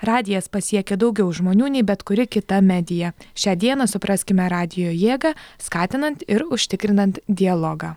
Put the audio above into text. radijas pasiekia daugiau žmonių nei bet kuri kita medija šią dieną supraskime radijo jėgą skatinant ir užtikrinant dialogą